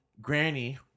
Granny